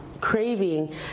craving